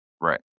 right